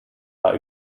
war